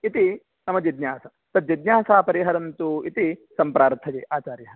इति मम जिज्ञासा तज्जिज्ञासा परिहरन्तु इति सम्प्रार्थ्यते आचार्याः